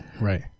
right